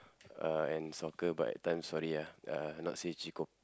uh and soccer but at times sorry ah uh not say chee ko